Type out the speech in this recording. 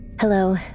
Hello